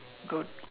got